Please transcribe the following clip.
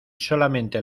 solamente